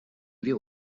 wir